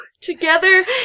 together